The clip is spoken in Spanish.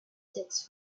sex